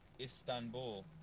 Istanbul